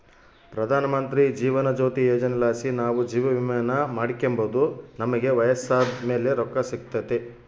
ಪ್ರಧಾನಮಂತ್ರಿ ಜೀವನ ಜ್ಯೋತಿ ಯೋಜನೆಲಾಸಿ ನಾವು ಜೀವವಿಮೇನ ಮಾಡಿಕೆಂಬೋದು ನಮಿಗೆ ವಯಸ್ಸಾದ್ ಮೇಲೆ ರೊಕ್ಕ ಸಿಗ್ತತೆ